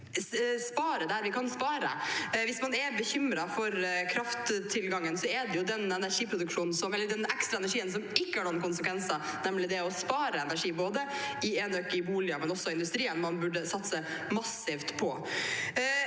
spare der vi kan spare. Hvis man er bekymret for krafttilgangen, er det jo den ekstra energien som ikke har noen konsekvenser, nemlig det å spare energi, både i enøk i boliger og også i industrien, man burde satse massivt på.